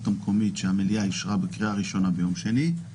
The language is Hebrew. המקומית שהמליאה אישרה בקריאה ראשונה ביום שני.